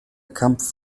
kampf